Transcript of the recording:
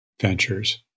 ventures